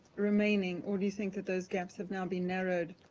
remaining, or do you think that those gaps have now been narrowed